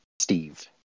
Steve